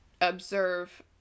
observe